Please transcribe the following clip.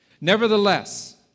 Nevertheless